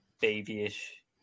babyish